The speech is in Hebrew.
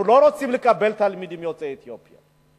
אנחנו לא רוצים לקבל תלמידים יוצאי אתיופיה,